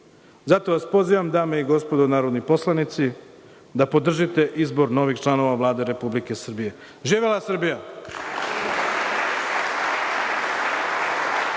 zato vas pozivam dame i gospodo narodni poslanici da podržite izbor novih članova Vlade Republike Srbije. Živela Srbija!